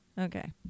Okay